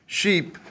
sheep